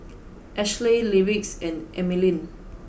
Ashlea Lyric and Emmaline